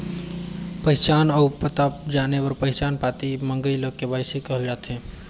पहिचान अउ पता जाने बर पहिचान पाती मंगई ल के.वाई.सी कहल जाथे